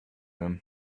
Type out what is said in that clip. him